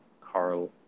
Carl